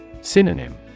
Synonym